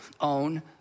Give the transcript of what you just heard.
own